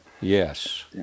Yes